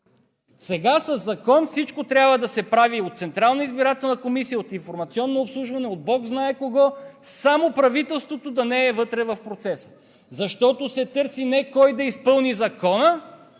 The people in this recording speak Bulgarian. Сега със закон всичко трябва да се прави от Централната избирателна комисия, от „Информационно обслужване“, от бог знае кого, само правителството да не е вътре в процеса, защото се търси не кой да изпълни закона,